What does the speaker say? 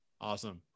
Awesome